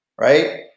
Right